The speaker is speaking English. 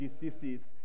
diseases